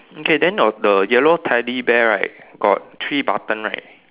okay then your the yellow teddy bear right got three button right